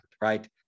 right